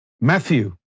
Matthew